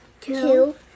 two